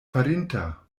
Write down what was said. farinta